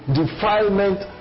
defilement